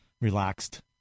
relaxed